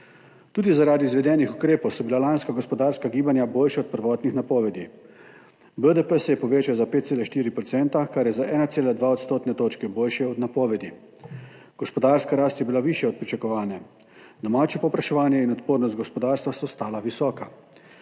Tudi zaradi izvedenih ukrepov so bila lanska gospodarska gibanja boljša od prvotnih napovedi, BDP se je povečal za 5,4 %, kar je za 1,2 odstotni točki boljše od napovedi. Gospodarska rast je bila višja od pričakovane, domače povpraševanje in odpornost gospodarstva sta ostala visoka.